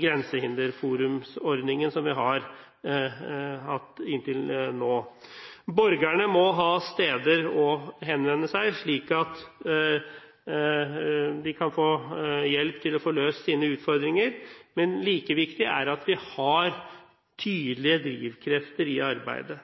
grensehinderforumsordningen som vi har hatt inntil nå. Borgerne må ha steder å henvende seg, slik at de kan få hjelp til å løse sine utfordringer, men like viktig er det at vi har tydelige